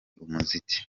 umuziki